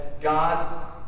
God's